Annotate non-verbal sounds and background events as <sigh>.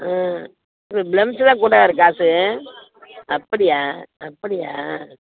ஆ இப்போ பிளம்ஸு தான் கூட <unintelligible> காசு அப்படியா அப்படியா